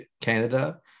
Canada